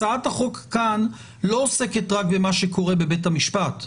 הצעת החוק כאן לא עוסקת רק במה שקורה בבית המשפט,